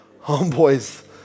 Homeboys